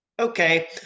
okay